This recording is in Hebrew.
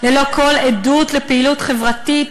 ללא כל עדות לפעילות חברתית,